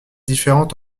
différente